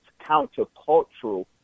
countercultural